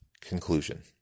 Conclusion